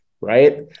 right